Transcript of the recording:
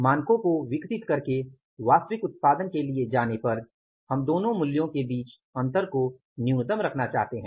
मानकों को विकसित करके वास्तविक उत्पादन के लिए जाने पर हम दोनो मूल्यों के बीच अंतर को न्यूनतम रखना चाहते हैं